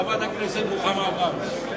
חברת הכנסת רוחמה אברהם.